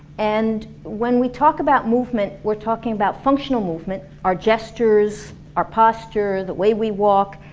and when we talk about movement, we're talking about functional movement, our gestures, our posture, the way we walk,